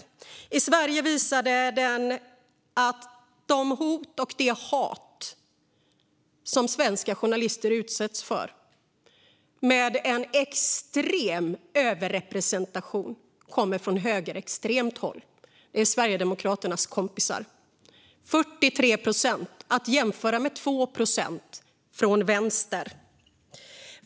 Den svenska undersökningen visade att de hot och det hat som svenska journalister utsätts för med extrem överrepresentation kommer från högerextremt håll, alltså från Sverigedemokraternas kompisar. Det rörde sig om 43 procent, att jämföra med de 2 procent som kom från vänster.